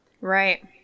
Right